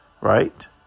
right